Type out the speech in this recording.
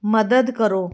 ਮਦਦ ਕਰੋ